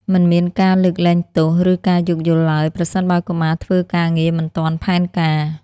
មិនមានការលើកលែងទោស ឬការយោគយល់ឡើយ ប្រសិនបើកុមារធ្វើការងារមិនទាន់ផែនការ។